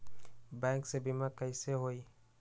Bank से बिमा कईसे होई?